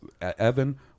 Evan